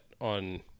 on